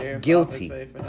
guilty